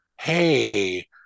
Hey